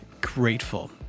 grateful